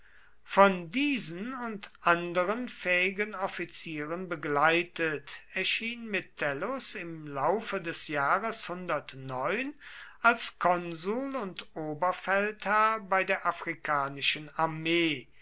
von diesen und anderen fähigen offizieren begleitet erschien metellus im laufe des jahres als konsul und oberfeldherr bei der afrikanischen armee